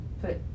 put